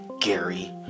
Gary